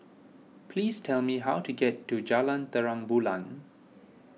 please tell me how to get to Jalan Terang Bulan